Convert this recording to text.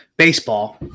Baseball